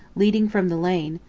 leading from the lane,